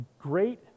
Great